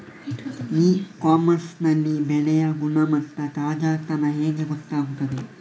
E commerce ನಲ್ಲಿ ಬೆಳೆಯ ಗುಣಮಟ್ಟ, ತಾಜಾತನ ಹೇಗೆ ಗೊತ್ತಾಗುತ್ತದೆ?